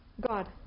God